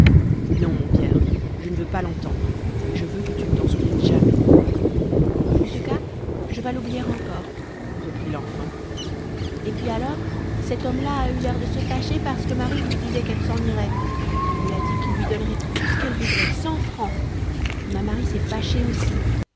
non mon pierre je ne veux pas l'entendre et je veux que tu ne t'en souviennes jamais en ce cas je vas l'oublier encore reprit l'enfant et puis alors cet homme-là a eu l'air de se fâcher parce que marie lui disait qu'elle s'en irait il lui a dit qu'il lui donnerait tout ce qu'elle voudrait cent francs et ma marie s'est fâchée aussi